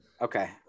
Okay